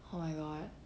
oh my god